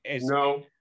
No